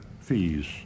fees